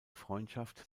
freundschaft